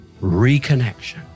reconnection